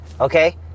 okay